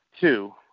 two